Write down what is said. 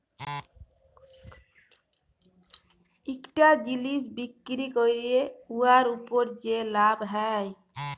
ইকটা জিলিস বিক্কিরি ক্যইরে উয়ার উপর যে লাভ হ্যয়